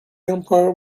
empire